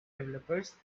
developers